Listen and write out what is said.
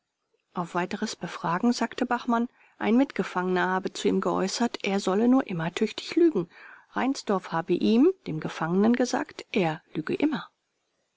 auf weiteres befragen sagte bachmann ein mitgefangener habe zu ihm geäußert er solle nur immer tüchtig lügen reinsdorf habe ihm dem gefangenen gesagt er lüge immer